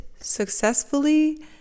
successfully